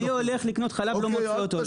אני הולך לקנות חלב ולא מוצא אותו.